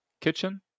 Kitchen